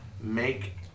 Make